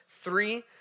three